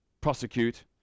prosecute